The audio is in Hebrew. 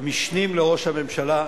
המשנים לראש הממשלה,